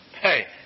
Hey